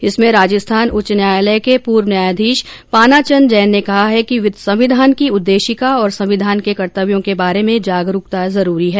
इसमें राजस्थान उच्च न्यायालय के पूर्व न्यायाधीश पानाचंद जैन ने कहा है कि संविधान की उद्देशीका और संविधान के कर्तव्यों के बारे में जागरूकता जरूरी है